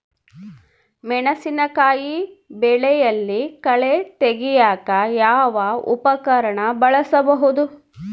ಮೆಣಸಿನಕಾಯಿ ಬೆಳೆಯಲ್ಲಿ ಕಳೆ ತೆಗಿಯಾಕ ಯಾವ ಉಪಕರಣ ಬಳಸಬಹುದು?